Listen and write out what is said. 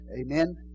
Amen